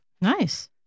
Nice